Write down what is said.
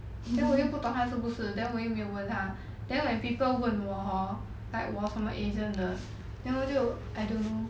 then 我又不懂他是不是 then 我又没有问他 then when people 问我 hor like 我什么 agent 的 then 我就 I don't know